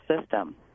system